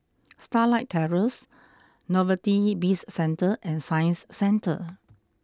Starlight Terrace Novelty Bizcentre and Science Centre